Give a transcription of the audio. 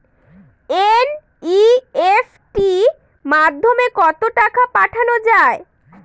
NEFT মাধ্যমে কত টাকা পাঠানো যায়?